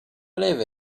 believe